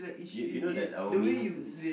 you you know that our mains is